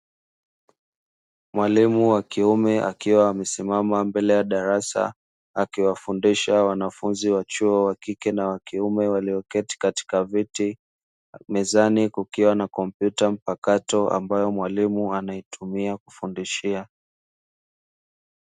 Mwalimu wa kiume akiwa amesimama mbele ya darasa, akiwafundisha wanafunzi wa chuo wa kike na wa kiume walioketi katika viti, mezani kukiwa na kompyuta mpakato ambayo mwalimu anaitumia kufundishia.